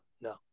No